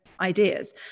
ideas